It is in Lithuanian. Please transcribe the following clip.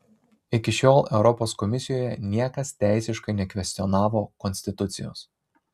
iki šiol europos komisijoje niekas teisiškai nekvestionavo konstitucijos